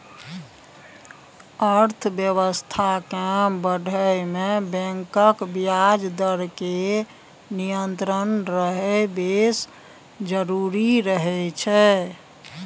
अर्थबेबस्था केँ बढ़य मे बैंकक ब्याज दर केर नियंत्रित रहब बेस जरुरी रहय छै